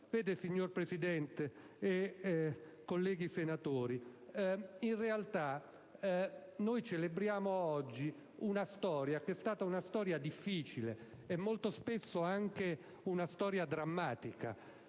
Vedete, signor Presidente e colleghi senatori, in realtà noi celebriamo oggi una storia che è stata una storia difficile e molto spesso anche una storia drammatica.